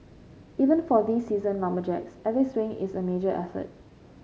even for these seasoned lumberjacks every swing is a major effort